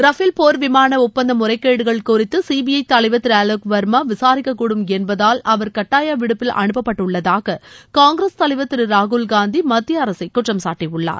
Rafale போர் விமான ஒப்பந்த முறைகேடுகள் குறித்து சிபிஐ தலைவர் திரு அலோக் வர்மா விசாரிக்கக்கூடும் என்பதால் அவர் கட்டாய விடுப்பில் அனுப்பப்பட்டுள்ளதாக காங்கிரஸ் தலைவர் திரு ராகுல்காந்தி மத்திய அரசை குற்றம் சாட்டியுள்ளார்